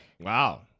Wow